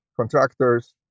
contractors